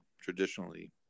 traditionally